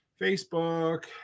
Facebook